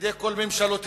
על-ידי כל ממשלותיה,